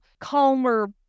calmer